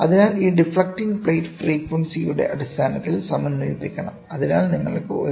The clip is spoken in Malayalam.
അതിനാൽ ഈ ഡിഫ്ലക്ട്ടിംഗ് പ്ലേറ്റ് ഫ്രീക്വൻസിയുടെ അടിസ്ഥാനത്തിൽ സമന്വയിപ്പിക്കണം അതിനാൽ നിങ്ങൾക്ക് ഒരു